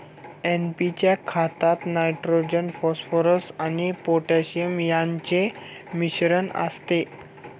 NP च्या खतात nitrogen, phosphorus आणि पोटॅशियम यांचे मिश्रण असते